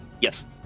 Yes